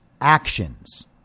actions